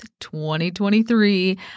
2023